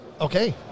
Okay